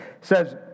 says